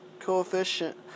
coefficient